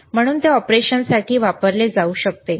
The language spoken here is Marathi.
म्हणून ते ऑपरेशनसाठी वापरले जाऊ शकते